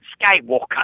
Skywalker